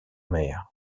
mer